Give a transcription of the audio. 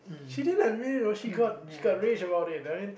she didn't admit it you know she got she got rage about it I mean